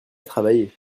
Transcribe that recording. travailler